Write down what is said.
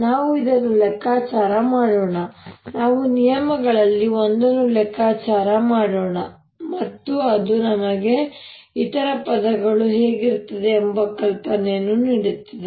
ನಾವು ಇದನ್ನು ಲೆಕ್ಕಾಚಾರ ಮಾಡೋಣ ನಾವು ನಿಯಮಗಳಲ್ಲಿ ಒಂದನ್ನು ಲೆಕ್ಕಾಚಾರ ಮಾಡೋಣ ಮತ್ತು ಅದು ನಮಗೆ ಇತರ ಪದಗಳು ಹೇಗಿರುತ್ತದೆ ಎಂಬ ಕಲ್ಪನೆಯನ್ನು ನೀಡುತ್ತದೆ